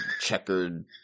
checkered